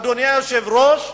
אדוני היושב-ראש,